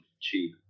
cheap